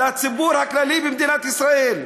לציבור הכללי במדינת ישראל.